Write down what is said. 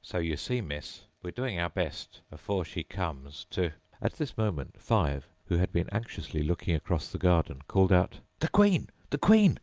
so you see, miss, we're doing our best, afore she comes, to at this moment five, who had been anxiously looking across the garden, called out the queen! the queen